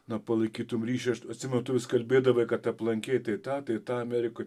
na palaikytum ryšį aš atsimenu tu vis kalbėdavai kad aplankei tai tą tai tą amerikoj